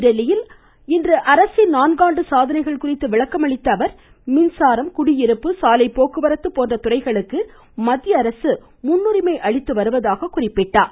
புதுதில்லியில் இன்று அரசின் நான்காண்டு சாதனைகள் குறித்து விளக்கமளித்த அவர் மின்சாரம் குடியிருப்பு சாலை போக்குவரத்து போன்ற துறைகளுக்கு மத்திய அரசு முன்னுரிமை அளித்து வருவதாக கூறினார்